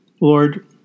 Lord